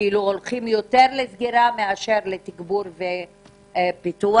הולכים יותר לסגירה מאשר לתגבור ופיתוח.